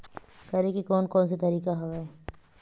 करे के कोन कोन से तरीका हवय?